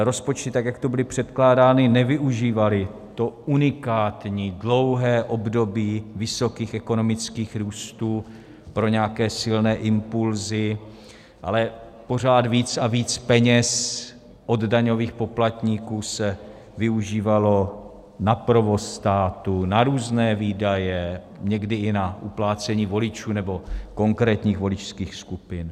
Rozpočty, tak jak tu byly předkládány, nevyužívaly to unikátní dlouhé období vysokých ekonomických růstů pro nějaké silné impulsy, ale pořád víc a víc peněz od daňových poplatníků se využívalo na provoz státu, na různé výdaje, někdy i na uplácení voličů nebo konkrétních voličských skupin.